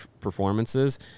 performances